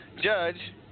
Judge